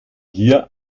hier